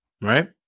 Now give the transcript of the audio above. right